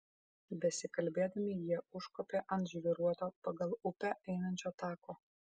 besikalbėdami jie užkopė ant žvyruoto pagal upę einančio tako